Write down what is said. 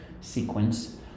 sequence